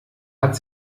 hat